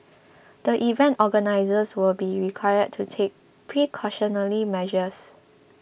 the event organisers will be required to take precautionary measures